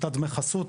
סחיטת דמי חסות,